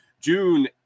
june